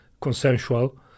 consensual